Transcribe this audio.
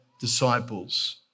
disciples